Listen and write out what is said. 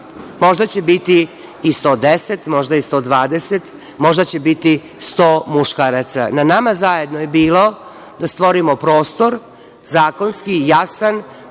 možda će biti i 110, možda i 120, možda će biti 100 muškaraca. Na nama zajedno je bilo da stvorimo prostor, zakonski, jasan,